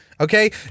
Okay